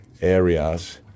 areas